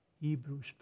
Hebrews